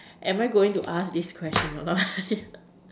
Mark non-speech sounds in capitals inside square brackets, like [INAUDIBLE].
am I going to ask this question a not [LAUGHS]